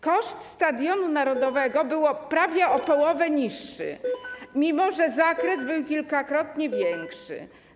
Koszt budowy Stadionu Narodowego był prawie o połowę niższy, mimo że zakres był kilkakrotnie większy.